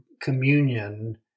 communion